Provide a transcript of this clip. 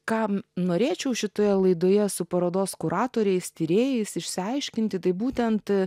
kam norėčiau šitoje laidoje su parodos kuratoriais tyrėjais išsiaiškinti tai būtent